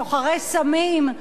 סוחרי סמים,